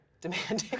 Demanding